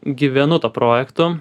gyvenu tuo projektu